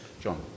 John